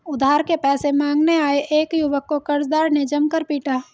उधार के पैसे मांगने आये एक युवक को कर्जदार ने जमकर पीटा